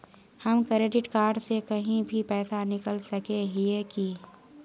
हम credit card से कहीं भी पैसा निकल सके हिये की?